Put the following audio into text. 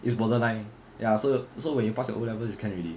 it's borderline ya so so when you pass your O levels you can already